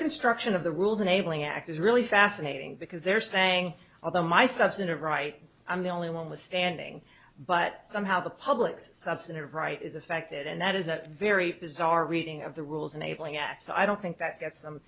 construction of the rules enabling act is really fascinating because they're saying although my substantive right i'm the only one with standing but somehow the public's substantive right is affected and that is a very bizarre reading of the rules unable yet so i don't think that gets them